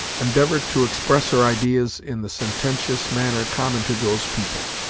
endeavored to express her ideas in the sententious manner common to those people,